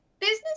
business